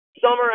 summer